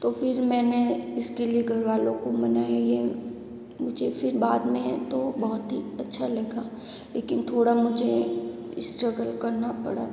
तो फिर मैंने इस के लिए घरवालों को मना लिया मुझे फिर बाद में तो बहुत ही अच्छा लगा लेकिन थोड़ा मुझे स्ट्रगल करना पड़ा था